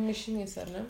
mišinys ar ne